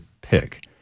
pick